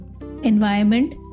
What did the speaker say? environment